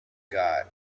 got